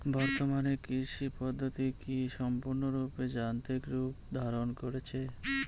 বর্তমানে কৃষি পদ্ধতি কি সম্পূর্ণরূপে যান্ত্রিক রূপ ধারণ করেছে?